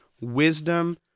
wisdom